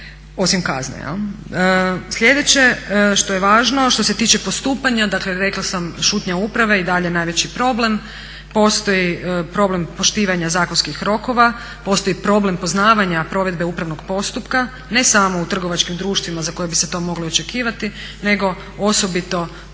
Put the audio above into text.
osim kazne. Sljedeće što je važno, što se tiče postupanja, dakle rekla sam šutnja uprave i dalje je najveći problem. Postoji problem poštivanja zakonskih rokova, postoji problem poznavanja provedbe upravnog postupka, ne samo u trgovačkim društvima za koje bi se to moglo očekivati nego osobito u lokalnoj